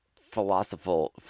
philosophical